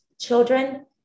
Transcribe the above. children